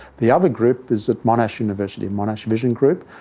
the other group is at monash university, monash vision group.